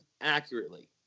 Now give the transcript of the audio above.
accurately